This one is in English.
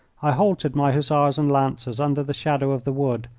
i halted my hussars and lancers under the shadow of the wood,